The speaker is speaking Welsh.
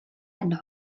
yno